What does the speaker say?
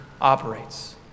operates